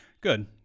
Good